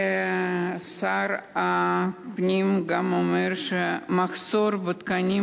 שר הפנים גם אומר לגבי המחסור בתקנים: